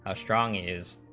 ah strong is